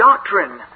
Doctrine